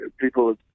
people